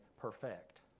perfect